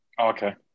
Okay